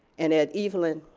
and evelyn.